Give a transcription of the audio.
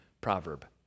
proverb